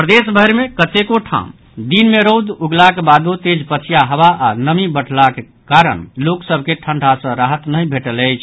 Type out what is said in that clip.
प्रदेशभरि मे कतेको ठाम दिन मे रौद उगलाक बादो तेज पछिया हवा आओर नमी बढ़ि गेलाक कारण लोक सभ के ठंढ़ा सँ राहत नहि भेटल अछि